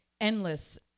endless